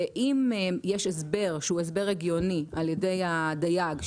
ואם יש הסבר שהוא הסבר הגיוני שניתן על ידי הדייג,